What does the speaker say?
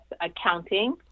accounting